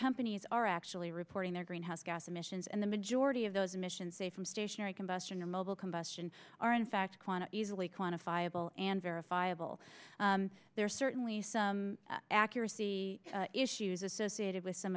companies are actually reporting their greenhouse gas emissions and the majority of those emissions say from stationary combustion to mobile combustion are in fact easily quantifiable and verifiable there are certainly some accuracy issues associated with some